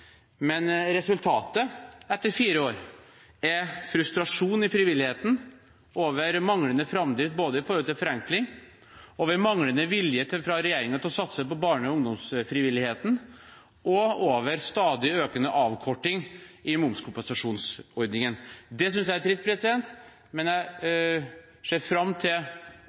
Men resultatet etter fire år er frustrasjon i frivilligheten både over manglende framdrift i spørsmålet om forenkling, over manglende vilje fra regjeringen til å satse på barne- og ungdomsfrivilligheten og over stadig økende avkorting i momskompensasjonsordningen. Det synes jeg er trist, men jeg ser fram til